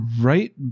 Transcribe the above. right